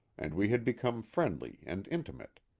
and we had become friendly and intimate.